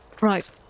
Right